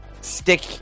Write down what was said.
Stick